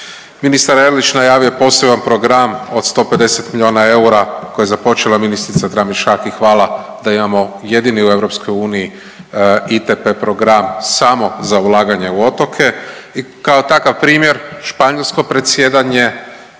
Ministar Erlić najavio je poseban program od 150 milijuna eura koje je započela ministrica Tramišak i hvala da imamo jedini u EU ITP program samo za ulaganje u otoke. I kao takav primjer španjolsko predsjedanje